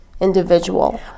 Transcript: individual